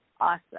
Awesome